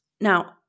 Now